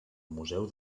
museu